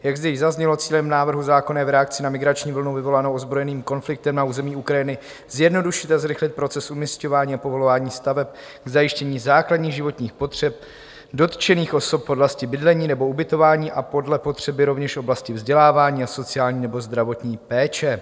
Jak zde již zaznělo, cílem návrhu zákona je v reakci na migrační vlnu vyvolanou ozbrojeným konfliktem na území Ukrajiny zjednodušit a zrychlit proces umisťování a povolování staveb k zajištění základních životních potřeb dotčených osob v oblasti bydlení nebo ubytování a podle potřeby rovněž v oblasti vzdělávání a sociální nebo zdravotní péče.